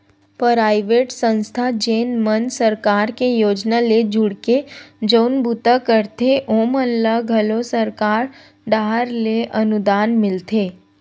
private संस्था जेन मन सरकार के योजना ले जुड़के जउन बूता करथे ओमन ल घलो सरकार डाहर ले अनुदान मिलथे